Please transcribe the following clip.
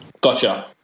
Gotcha